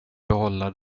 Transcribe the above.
behålla